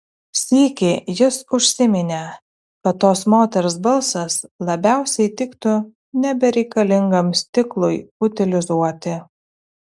sykį jis užsiminė kad tos moters balsas labiausiai tiktų nebereikalingam stiklui utilizuoti